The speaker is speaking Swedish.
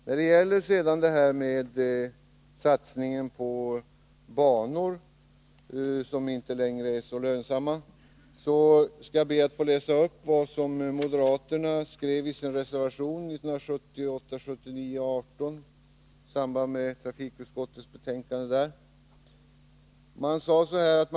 När det sedan gäller satsningen på banor som inte längre är så lönsamma skall jag be att få läsa upp vad moderaterna skrev i sin reservation till trafikutskottets betänkande 1978/79:18.